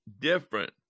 different